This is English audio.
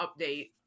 update